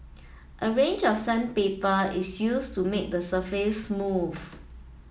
a range of sandpaper is used to make the surface smooth